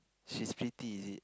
she's pretty is it